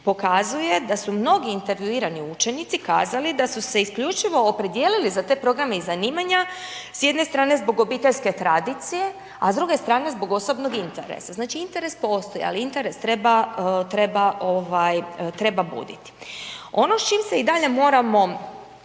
pokazuje da su mnogi intervjuirani učenici kazali da su se isključivo opredijelili za te programe i zanimanja, s jedne strane zbog obiteljske tradicije, a s druge strane zbog osobnog interesa. Znači interes postoji, ali interes treba buditi. Ono s čim se i dalje moramo